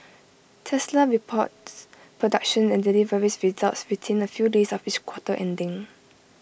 Tesla reports production and deliveries results within A few days of each quarter ending